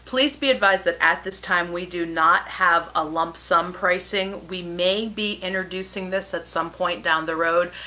please be advised that at this time we do not have ah lump sum pricing. we may be introducing this at some point down the road,